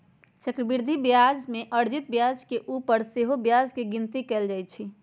चक्रवृद्धि ब्याज में अर्जित ब्याज के ऊपर सेहो ब्याज के गिनति कएल जाइ छइ